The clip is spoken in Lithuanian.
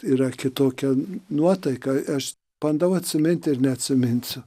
yra kitokia nuotaika aš bandau atsiminti ir neatsiminsiu